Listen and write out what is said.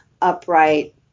upright